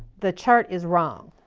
the chart is wrong.